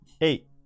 eight